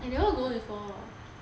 I never go before